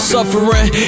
Suffering